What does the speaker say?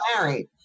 married